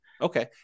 Okay